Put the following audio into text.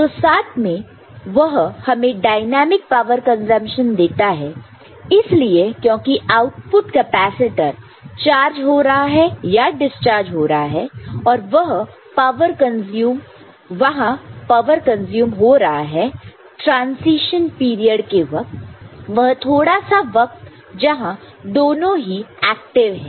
तो साथ में वह हमें डायनेमिक पावर कंजप्शन देता है इसलिए क्योंकि आउटपुट कैपेसिटर चार्ज हो रहा है या डिस्चार्ज हो रहा है और यह पावर कंज्यूम हो रहा है ट्रांसीशन पीरियड के वक्त वह थोड़ा सा वक्त जहां दोनों ही एक्टिव है